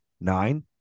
nine